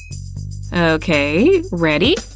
okay, ready?